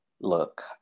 look